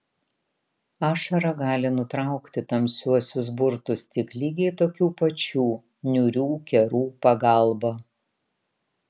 ašara gali nutraukti tamsiuosius burtus tik lygiai tokių pačių niūrių kerų pagalba